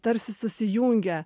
tarsi susijungia